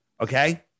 Okay